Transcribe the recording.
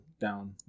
down